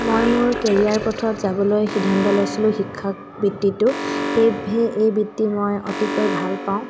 মই মোৰ কেৰিয়াৰ পথত যাবলৈ সিদ্ধান্ত লৈছিলোঁ শিক্ষাক বৃত্তিটো সেইহে এই বৃত্তি মই অতিকৈ ভাল পাওঁ